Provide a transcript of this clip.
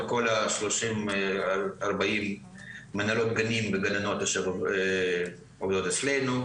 40 מנהלות גנים וגננות עובדות אצלנו,